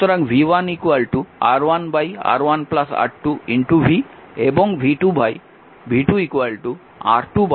সুতরাং v1 R1 R1 R2 v এবং v2 R2 R1 R2 v